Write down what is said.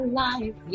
life